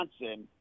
Johnson